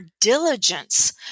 diligence